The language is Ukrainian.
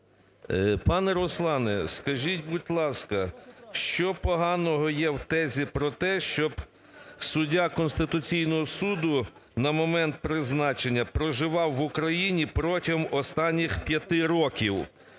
Пане Руслане, скажіть, будь ласка, що поганого є в тезі про те, щоб суддя Конституційного Суду на момент призначення проживав в Україні протягом останніх 5 років?